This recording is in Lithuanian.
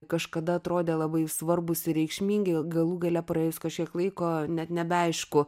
kažkada atrodė labai svarbūs ir reikšmingi galų gale praėjus kažkiek laiko net ne nebeaišku